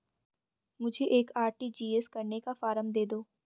मुझे एक आर.टी.जी.एस करने का फारम दे दो?